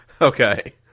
Okay